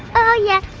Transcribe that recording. oh yeah,